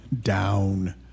down